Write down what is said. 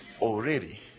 already